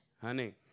Honey